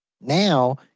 now